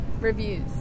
reviews